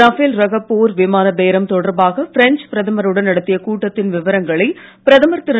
Rafale ரக போர் விமான பேரம் தொடர்பாக பிரெஞ்ச் பிரதமருடன் நடத்திய கூட்டத்தின் விவரங்களை பிரதமர் திரு